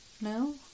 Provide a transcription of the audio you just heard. No